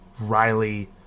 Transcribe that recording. Riley